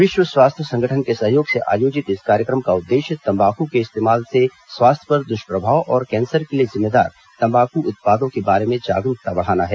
विश्व स्वास्थ्य संगठन के सहयोग से आयोजित इस कार्यक्रम का उद्देश्य तम्बाकू के इस्तेमाल से स्वास्थ्य पर दुष्प्रभाव और कैंसर के लिए जिम्मेदार तम्बाकू उत्पादों के बारे में जागरूकता बढ़ाना है